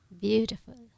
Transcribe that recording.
Beautiful